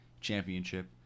Championship